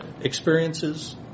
experiences